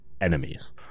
enemies